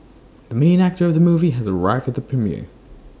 the main actor of the movie has arrived at the premiere